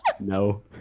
no